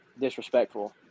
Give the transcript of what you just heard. disrespectful